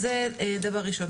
זה דבר ראשון.